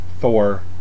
Thor